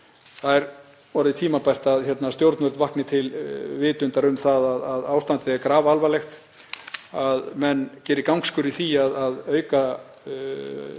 Það er orðið tímabært að stjórnvöld vakni til vitundar um að ástandið er grafalvarlegt, að menn geri gangskör í því að auka